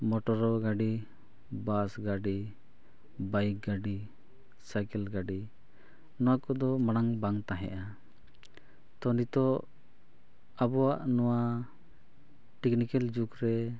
ᱜᱟᱹᱰᱤ ᱜᱟᱹᱰᱤ ᱜᱟᱹᱰᱤ ᱥᱟᱭᱠᱮᱞ ᱜᱟᱹᱰᱤ ᱚᱱᱟ ᱠᱚᱫᱚ ᱢᱟᱲᱟᱝ ᱵᱟᱝ ᱛᱟᱦᱮᱸᱫᱼᱟ ᱛᱳ ᱱᱤᱛᱚᱜ ᱟᱵᱚᱣᱟᱜ ᱱᱚᱣᱟ ᱡᱩᱜᱽ ᱨᱮ